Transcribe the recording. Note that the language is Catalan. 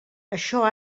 això